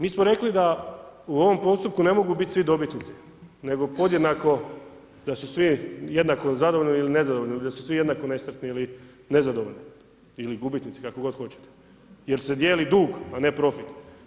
Mi smo rekli da u ovom postupku ne mogu biti svi dobitnici, nego podjednako da su svi jednako zadovoljni ili nezadovoljni, da su svi jednako nesretni ili nezadovoljni ili gubitnici, kako god hoćete jer se dijeli dug, a ne profit.